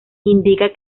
indica